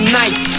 nice